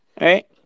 right